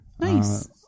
Nice